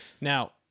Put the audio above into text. Now